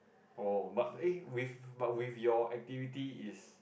oh but aye with but with your activity is